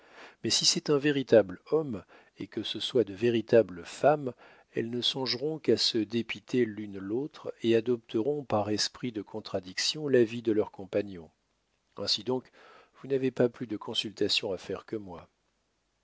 mais si c'est un véritable homme et que ce soient de véritables femmes elles ne songeront qu'à se dépiter l'une l'autre et adopteront par esprit de contradiction l'avis de leur compagnon ainsi donc vous n'avez pas plus de consultation à faire que moi